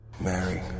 Mary